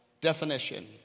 definition